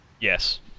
Yes